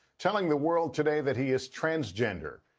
telling the world today that he is transgender.